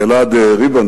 לאלעד ריבן,